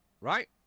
right